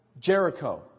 Jericho